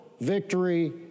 victory